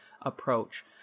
approach